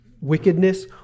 wickedness